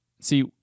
see